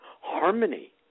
harmony